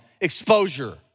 exposure